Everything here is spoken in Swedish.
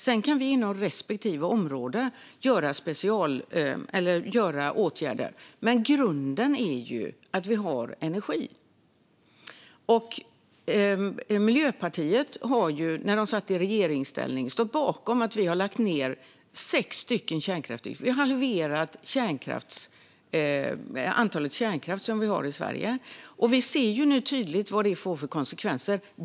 Sedan kan vi inom respektive område vidta åtgärder. Men grunden är att vi har energi. Miljöpartiet har, när de satt i regeringsställning, stått bakom att vi har lagt ned sex kärnkraftverk. Vi har halverat antalet kärnkraftverk i Sverige. Vi ser nu tydligt vad det får för konsekvenser.